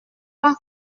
pas